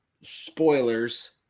Spoilers